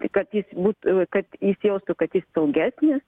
kad jis būt kad jis jaustų kad jis saugesnis